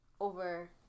over